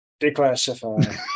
declassify